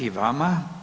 I vama.